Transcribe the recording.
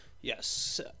Yes